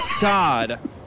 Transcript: God